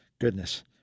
goodness